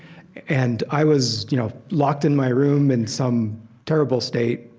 and i was, you know, locked in my room in some terrible state,